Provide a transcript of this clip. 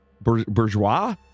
Bourgeois